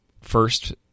first